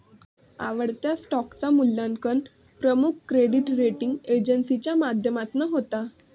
आवडत्या स्टॉकचा मुल्यांकन प्रमुख क्रेडीट रेटींग एजेंसीच्या माध्यमातना होता